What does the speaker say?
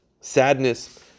sadness